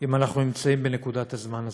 אם אנחנו נמצאים בנקודת הזמן הזאת.